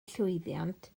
llwyddiant